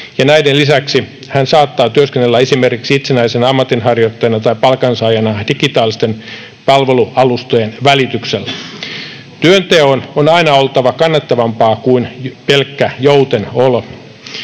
näiden lisäksi hän saattaa työskennellä esimerkiksi itsenäisenä ammatinharjoittajana tai palkansaajana digitaalisten palvelualustojen välityksellä. Työnteon on aina oltava kannattavampaa kuin pelkkä joutenolo.